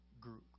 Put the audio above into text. group